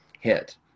hit